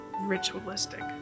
ritualistic